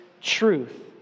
truth